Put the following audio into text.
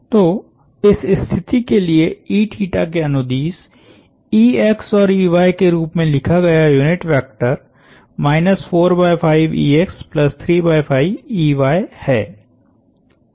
तो इस स्थिति के लिए के अनुदिश और के रूप में लिखा गया यूनिट वेक्टर है